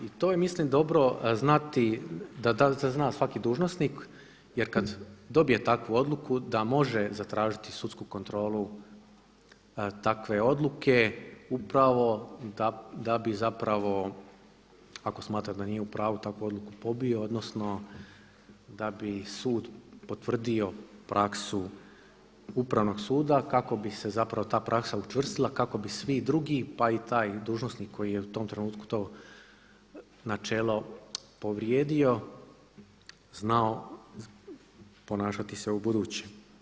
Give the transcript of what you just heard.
I to je mislim dobro znati da zna svaki dužnosnik, jer kad dobije takvu odluku da može zatražiti sudsku kontrolu takve odluke upravo da bi zapravo ako smatra da nije u pravu takvu odluku pobio, odnosno da bi sud potvrdio praksu Upravnog suda kako bi se zapravo ta praksa učvrstila, kako bi svi drugi, pa i taj dužnosnik koji je u tom trenutku to načelo povrijedio znao ponašati se u buduće.